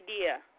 idea